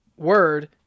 word